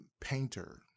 painter